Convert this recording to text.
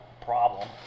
problem